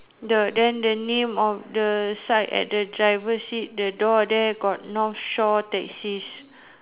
the then the name of the side at the driver seat the door there got north shore taxis